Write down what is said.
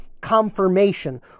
confirmation